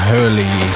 Hurley